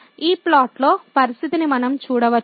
ఈ ప్లాట్ లో పరిస్థితిని మనం చూడవచ్చు